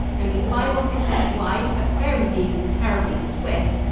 only five or six feet wide but very deep and terribly swift,